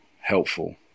helpful